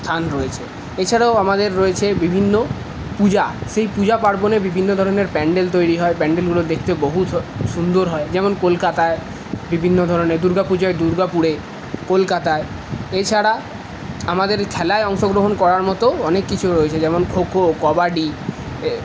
স্থান রয়েছে এছাড়াও আমাদের রয়েছে বিভিন্ন পূজা সেই পূজা পার্বণে বিভিন্ন ধরনের পান্ডেল তৈরি হয় পান্ডেলগুলো দেখতে বহুত সুন্দর হয় যেমন কলকাতায় বিভিন্ন ধরনের দুর্গাপুজোয় দুর্গাপুরে কলকাতায় এছাড়া আমাদের খেলায় অংশগ্রহণ করার মত অনেক কিছু রয়েছে যেমন খোখো কবাডি